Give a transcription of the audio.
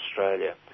Australia